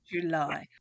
July